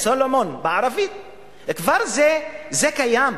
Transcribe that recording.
זה כבר קיים.